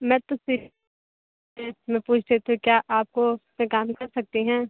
मैं पूछ रही थीं कि क्या आप सिरियल में काम कर सकती हैं